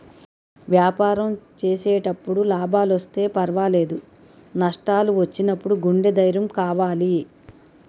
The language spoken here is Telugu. వ్యాపారం చేసేటప్పుడు లాభాలొస్తే పర్వాలేదు, నష్టాలు వచ్చినప్పుడు గుండె ధైర్యం కావాలి